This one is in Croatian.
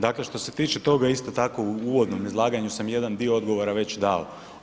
Dakle što se tiče toga, isto tako u uvodnom izlaganju sam jedan dio odgovora već dao.